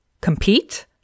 compete